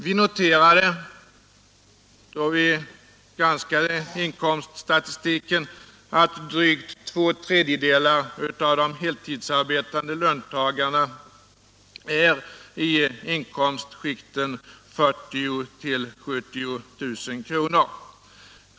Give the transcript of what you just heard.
Vi noterade, då vi granskade inkomststatistiken, att drygt två tredjedelar av de heltidsarbetande löntagarna är i inkomstskikten 40 000-70 000 kr.